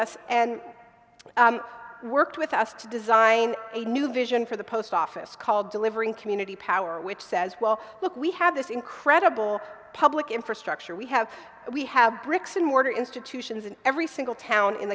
us and worked with us to design a new vision for the post office called delivering community power which says well look we have this incredible public infrastructure we have we have bricks and mortar institutions in every single town in